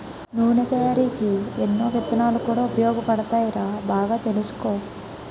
నూనె తయారికీ ఎన్నో విత్తనాలు కూడా ఉపయోగపడతాయిరా బాగా తెలుసుకో